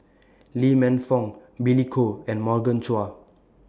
Lee Man Fong Billy Koh and Morgan Chua